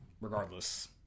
regardless